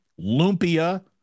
Lumpia